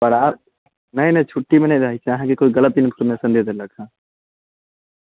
नहि नहि छुट्टीमे नहि रहैत छै अहाँकेँ कोइ गलत इन्फॉर्मेशन दै देलक हँ